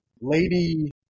lady